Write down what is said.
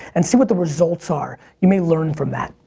and see what the results are. you may learn from that,